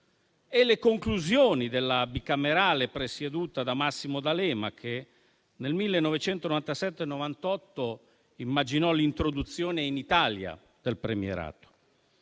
e le conclusioni della Commissione bicamerale presieduta da Massimo D'Alema, che, nel 1997-1998, immaginò l'introduzione in Italia del premierato.